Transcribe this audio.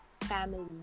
family